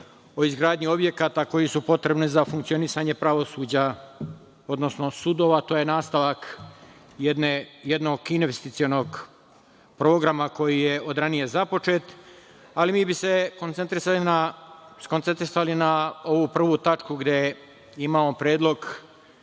o izgradnji objekata koji su potrebni za funkcionisanje pravosuđa, odnosno sudova i to je nastavak jednog investicionog programa koji je od ranije započet, ali mi bi se koncentrisali na ovu prvu tačku gde je bio Predlog